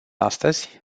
astăzi